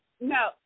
No